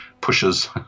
pushes